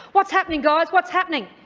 what's happening, guys? what's happening?